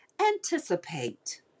Anticipate